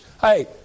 hey